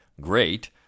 great